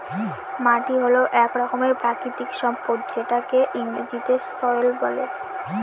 মাটি হল এক রকমের প্রাকৃতিক সম্পদ যেটাকে ইংরেজিতে সয়েল বলে